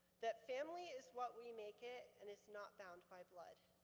that family is what we make it and is not bound by blood.